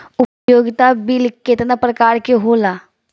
उपयोगिता बिल केतना प्रकार के होला?